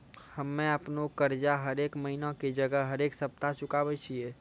हम्मे अपनो कर्जा हरेक महिना के जगह हरेक सप्ताह चुकाबै छियै